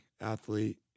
athlete